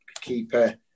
keeper